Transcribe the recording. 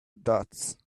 dots